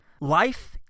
life